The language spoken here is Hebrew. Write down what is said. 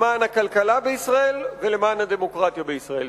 למען הכלכלה בישראל ולמען הדמוקרטיה בישראל.